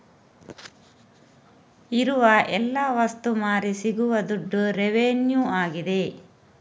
ಇರುವ ಎಲ್ಲ ವಸ್ತು ಮಾರಿ ಸಿಗುವ ದುಡ್ಡು ರೆವೆನ್ಯೂ ಆಗಿದೆ